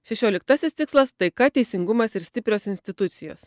šešioliktasis tikslas taika teisingumas ir stiprios institucijos